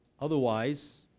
Otherwise